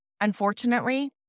Unfortunately